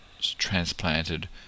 transplanted